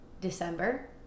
December